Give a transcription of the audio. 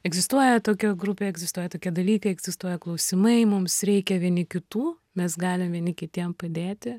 egzistuoja tokia grupė egzistuoja tokie dalykai egzistuoja klausimai mums reikia vieni kitų mes galim vieni kitiem padėti